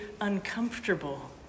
uncomfortable